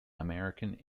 american